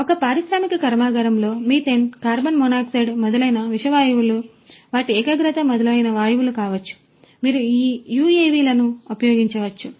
ఒక పారిశ్రామిక కర్మాగారంలో మీథేన్ కార్బన్ మోనాక్సైడ్ మొదలైన విష వాయువులు వాటి ఏకాగ్రత మొదలైన వాయువులు కావచ్చు మీరు ఈ యుఎవిలను ఉపయోగించవచ్చు